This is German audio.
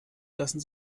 lassen